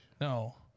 No